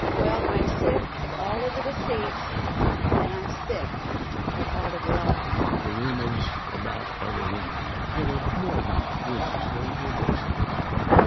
well, i'm sick of all of the deceit and i'm sick of all of the lies. the rumors about other women that are more than rumors they're based on fact.